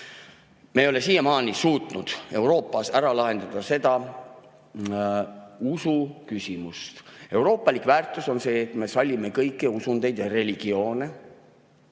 Me ei ole siiamaani suutnud Euroopas ära lahendada usuküsimust. Euroopalik väärtus on see, et me sallime kõiki usundeid ja religioone,